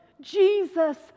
Jesus